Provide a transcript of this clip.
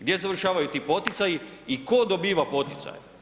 Gdje završavaju ti poticaji i tko dobiva poticaje?